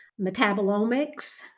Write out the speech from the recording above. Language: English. metabolomics